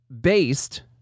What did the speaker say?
based